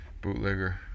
Bootlegger